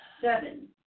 seven